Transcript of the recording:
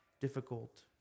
difficult